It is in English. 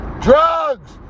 drugs